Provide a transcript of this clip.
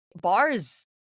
bars